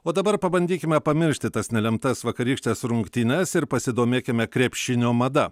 o dabar pabandykime pamiršti tas nelemtas vakarykštes rungtynes ir pasidomėkime krepšinio mada